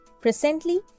Presently